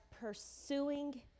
pursuing